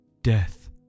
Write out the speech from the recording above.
Death